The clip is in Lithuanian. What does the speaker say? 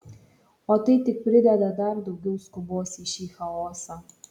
o tai tik prideda dar daugiau skubos į šį chaosą